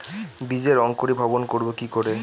বীজের অঙ্কোরি ভবন করব কিকরে?